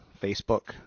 facebook